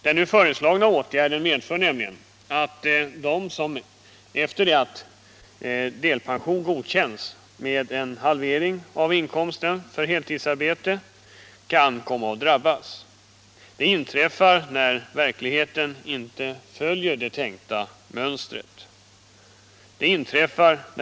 Den nu föreslagna åtgärden kan nämligen komma att drabba t.ex. anställda som räknat med att efter beviljad delpension få hälften av den lön som utgår för heltidsarbete men som inte får det när verkligheten inte följer det tänkta mönstret.